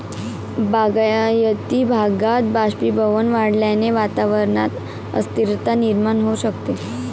बागायती भागात बाष्पीभवन वाढल्याने वातावरणात अस्थिरता निर्माण होऊ शकते